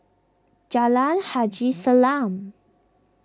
Jalan Haji Salam